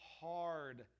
hard